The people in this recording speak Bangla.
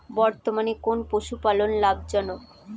বর্তমানে কোন পশুপালন লাভজনক?